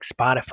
Spotify